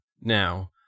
now